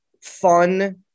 fun